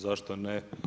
Zašto ne?